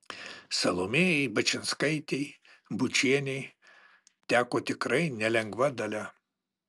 salomėjai bačinskaitei bučienei teko tikrai nelengva dalia